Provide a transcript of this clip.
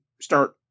start